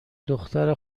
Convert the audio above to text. دختر